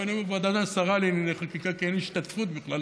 ואני אומר ועדת השרה לענייני חקיקה כי אין השתתפות בכלל